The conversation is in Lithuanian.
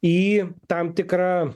į tam tikrą